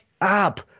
up